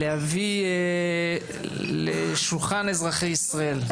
להביא לשולחן אזרחי ישראל,